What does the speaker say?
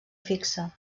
fixe